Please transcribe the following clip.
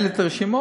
אין לי את הרשימות.